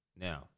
now